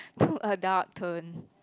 two adult turn